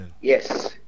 Yes